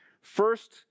First